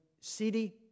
city